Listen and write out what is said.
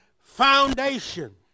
foundation